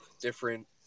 different